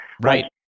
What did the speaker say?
Right